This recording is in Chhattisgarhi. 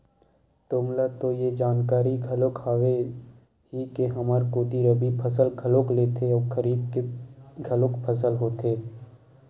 तुमला तो ये जानकारी घलोक हावे ही के हमर कोती रबि फसल घलोक लेथे अउ खरीफ के घलोक फसल होथे